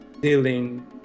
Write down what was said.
dealing